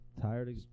tired